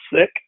sick